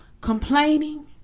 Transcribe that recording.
complaining